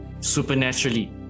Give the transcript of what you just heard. supernaturally